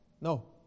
No